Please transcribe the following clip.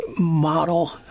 model